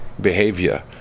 behavior